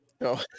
No